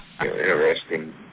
Interesting